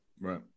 Right